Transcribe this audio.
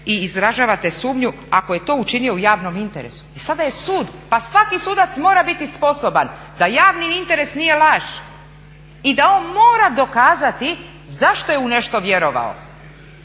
i izražavate sumnju ako je to učinio u javnom interesu i sada je sud, pa svaki sudac mora biti sposoban da javni interese nije laž i da on mora dokazati zašto je u nešto vjerovao.